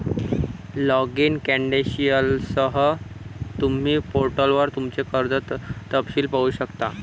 login क्रेडेंशियलसह, तुम्ही पोर्टलवर तुमचे कर्ज तपशील पाहू शकता